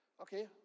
Okay